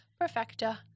perfecta